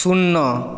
सुन्ना